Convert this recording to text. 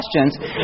questions